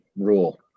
rule